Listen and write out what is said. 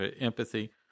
empathy